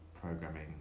programming